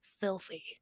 Filthy